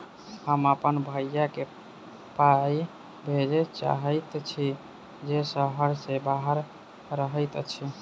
हम अप्पन भयई केँ पाई भेजे चाहइत छि जे सहर सँ बाहर रहइत अछि